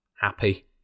happy